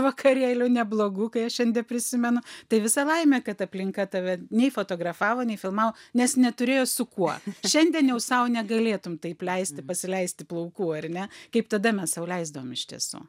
vakarėlių neblogų kai aš šiandie prisimenu tai visa laimė kad aplinka tave nei fotografavo nei filmavo nes neturėjo su kuo šiandien jau sau negalėtum taip leisti pasileisti plaukų ar ne kaip tada mes sau leisdavom iš tiesų